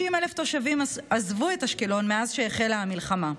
60,000 תושבים עזבו את אשקלון מאז שהחלה המלחמה.